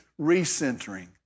recentering